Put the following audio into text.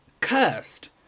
Cursed